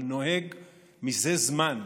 אבל נוהג מזה זמן,